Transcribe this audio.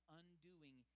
undoing